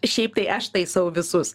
šiaip tai aš taisau visus